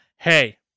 hey